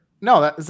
No